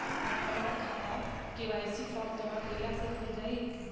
हमार खाता KYC form जमा कइले से खुल जाई?